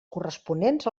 corresponents